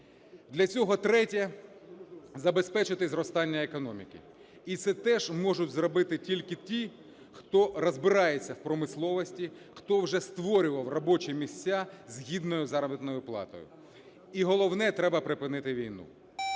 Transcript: Для цього - третє – забезпечити зростання економіки. І це теж можуть зробити тільки ті, хто розбирається в промисловості, хто вже створював робочі місця з гідною заробітною платою. І головне – треба припинити війну.